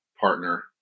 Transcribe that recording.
partner